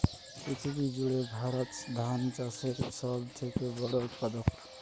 পৃথিবী জুড়ে ভারত ধান চাষের সব থেকে বড় উৎপাদক